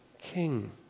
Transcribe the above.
king